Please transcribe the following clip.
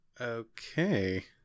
Okay